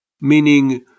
Meaning